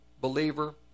believer